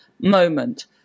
moment